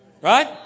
right